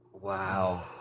wow